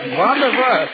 wonderful